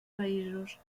països